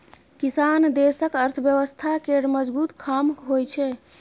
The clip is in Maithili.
किसान देशक अर्थव्यवस्था केर मजगुत खाम्ह होइ छै